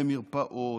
במרפאות,